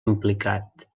implicat